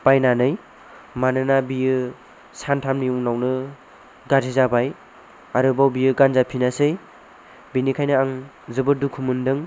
बायनानै मानोना बेयो सानथामनि उनावनो गाज्रि जाबाय आरोबाव बेयो गानजाफिनासै बेनिखायनो आं जोबोद दुखु मोनदों